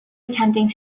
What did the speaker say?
attempting